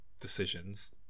decisions